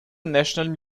national